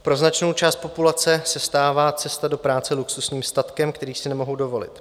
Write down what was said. Pro značnou část populace se stává cesta do práce luxusním statkem, který si nemohou dovolit.